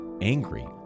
angry